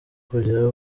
kujya